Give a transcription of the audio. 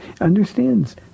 understands